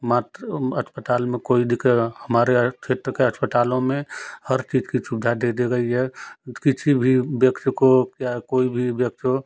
मात्र अस्पताल में कोई दिखेगा हमारे क्षेत्र के अस्पतालों में हर चीज़ की सुविधा दे दी गई है किसी भी ब्यक्ति को या कोई भी व्यक्ति हो